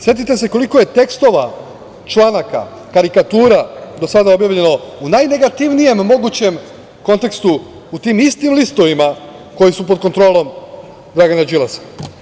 Setite se koliko je tekstova, članaka, karikatura, do sada objavljeno u najnegativnijem mogućem kontekstu u tim istim listovima koji su pod kontrolom Dragana Đilasa.